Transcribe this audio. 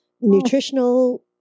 nutritional